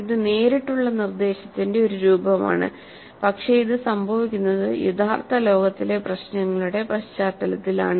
ഇത് നേരിട്ടുള്ള നിർദ്ദേശത്തിന്റെ ഒരു രൂപമാണ് പക്ഷേ ഇത് സംഭവിക്കുന്നത് യഥാർത്ഥ ലോകത്തിലെ പ്രശ്നങ്ങളുടെ പശ്ചാത്തലത്തിലാണ്